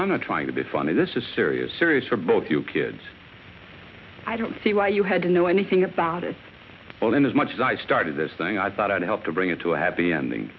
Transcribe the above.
i'm not trying to be funny this is serious serious for both you kids i don't see why you had to know anything about it all and as much as i started this thing i thought i'd help to bring it to a happy ending